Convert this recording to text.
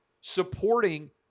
supporting